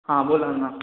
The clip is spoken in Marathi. हां बोला ना